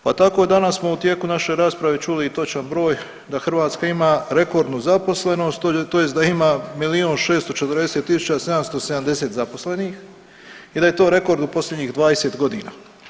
Pa tako danas smo u tijeku naše rasprave čuli i točan broj, da hrvatska ima rekordnu zaposlenost, tj. da ima 1 640 770 zaposlenih i da je to rekord u posljednjih 20 godina.